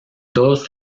todos